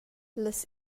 las